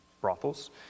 brothels